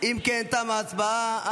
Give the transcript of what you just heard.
אם כן, תמה ההצבעה.